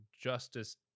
justice